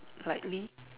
likely